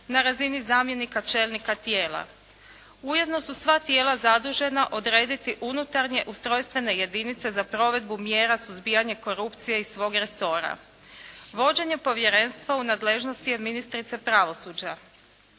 na razini zamjenika čelnika tijela. Ujedno su sva tijela zadužena odrediti unutarnje ustrojstvene jedinice za provedbu mjera suzbijanja korupcije iz svog resora. Vođenje Povjerenstva u nadležnosti je ministrice pravosuđa.